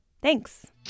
Thanks